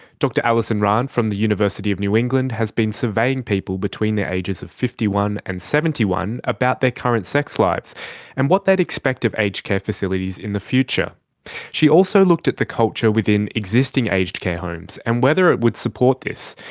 dr alison rahn from the university of new england has been surveying people between the ages of fifty one and seventy one about their current sex lives and what they'd expect of aged care facilities in the future she also looked at the culture within existing aged care homes and whether it would support this.